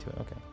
okay